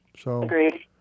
Agreed